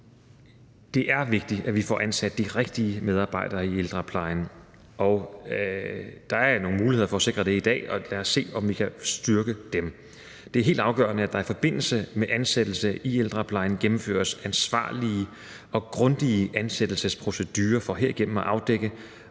Det er vigtigt, at vi får ansat de rigtige medarbejdere i ældreplejen. Der er nogle muligheder i dag for at sikre det, og lad os se, om vi kan styrke dem. Det er helt afgørende, at der i forbindelse med ansættelse i ældreplejen gennemføres ansvarlige og grundige ansættelsesprocedurer for herigennem at afdække,